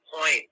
point